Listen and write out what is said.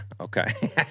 okay